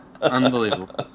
Unbelievable